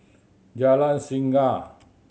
Jalan Singa